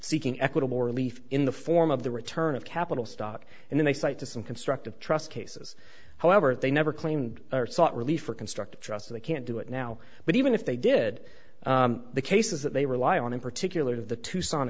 seeking equitable relief in the form of the return of capital stock and they cite to some constructive trust cases however they never claimed or sought relief or constructive trust they can't do it now but even if they did the cases that they rely on in particular of the tucson